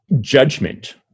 judgment